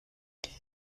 qu’est